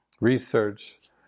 research